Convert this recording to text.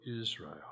Israel